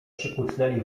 przykucnęli